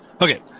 Okay